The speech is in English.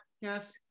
yes